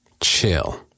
chill